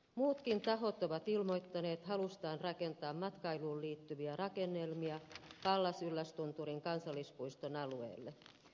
muutkin tahot ovat ilmoittaneet halustaan rakentaa matkailuun liittyviä rakennelmia pallas yllästunturin kansallispuiston alueelle